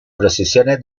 procesiones